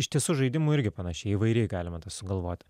iš tiesų žaidimų irgi panašiai įvairiai galima sugalvoti